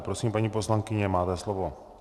Prosím, paní poslankyně, máte slovo.